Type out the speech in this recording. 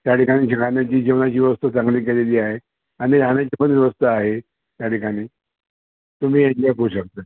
त्या ठिकाणी राहण्याची खाण्या्ची जेवणाची व्यवस्था चांगली केलेली आहे आणि राहण्याची पण व्यवस्था आहे त्या ठिकाणी तुम्ही एन्जॉय करू शकता